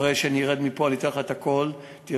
אחרי שאני ארד מפה אני אתן לך את הכול ותראה,